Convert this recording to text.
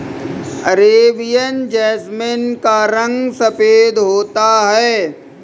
Arabian jasmine का रंग सफेद होता है